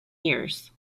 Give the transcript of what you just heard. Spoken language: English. years